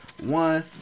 one